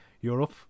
Europe